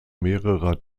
mehrerer